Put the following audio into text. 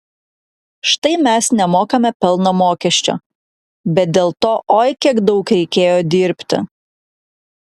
štai mes nemokame pelno mokesčio bet dėl to oi kiek daug reikėjo dirbti